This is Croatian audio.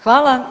Hvala.